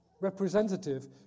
representative